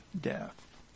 death